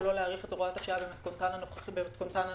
לא להאריך את הוראת השעה במתכונתה הנוכחית,